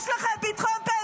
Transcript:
יש לכם פתחון פה.